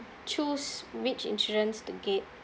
choose which insurance to get